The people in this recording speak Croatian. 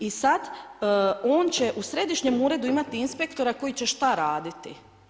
I sada, on će u središnjem uredu, imati inspektora koji će šta raditi?